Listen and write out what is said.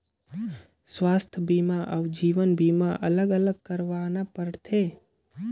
स्वास्थ बीमा अउ जीवन बीमा अलग अलग करवाना पड़थे?